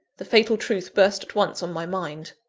the fatal truth burst at once on my mind.